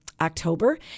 October